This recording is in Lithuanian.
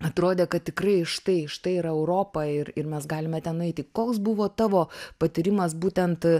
atrodė kad tikrai štai štai ir europa ir ir mes galime ten eiti koks buvo tavo patyrimas būtent